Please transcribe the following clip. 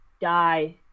die